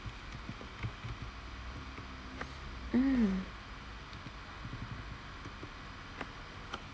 mm